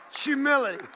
Humility